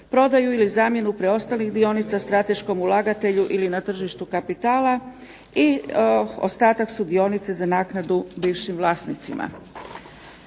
prodaju ili zamjenu preostalih dionica strateškom ulagatelju ili na tržištu kapitala i ostatak su dionice za naknadu bivšim vlasnicima.